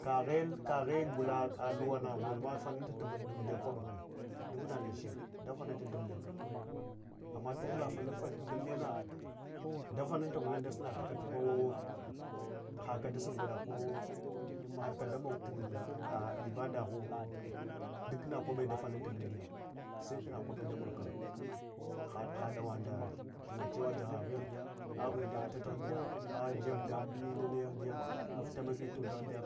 Kaghe kaghe gula luwana gohna fanuntafa ɗumɗiya kwaba nganne duknaneche dafanata dumdiya amma tuhula fanu nfach ɗumɗiyana dafanunta gulenya dasunataka kowawo hakadasun gwada kowawo, hadka damog ibaɗahun duknakwabe dafanunta amdiya, se thunna kwabe damagka hadanwagh ndacewa thumna jahave ahdiya ah’unde mutata ahdiya, ah jeb dun minanaya ahdiya aftaimake tunda ahɗiya